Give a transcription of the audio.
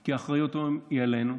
כי האחריות היא עלינו.